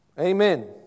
Amen